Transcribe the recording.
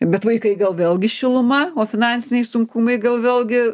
bet vaikai gal vėlgi šiluma o finansiniai sunkumai gal vėlgi